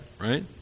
right